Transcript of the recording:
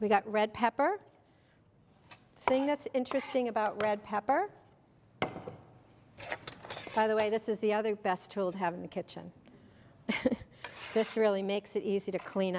we've got red pepper thing that's interesting about red pepper by the way this is the other best tool to have in the kitchen this really makes it easy to clean